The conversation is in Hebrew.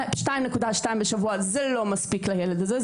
2.2 בשבוע זה לא מספיק לילד הזה,